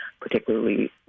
particularly